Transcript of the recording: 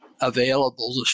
available